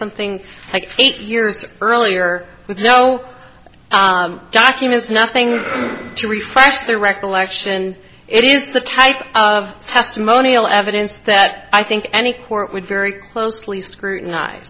something like eight years earlier with no documents nothing to reflash their recollection it is the type of testimonial evidence that i think any court would very closely scrutinized